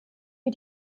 wie